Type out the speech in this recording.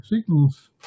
signals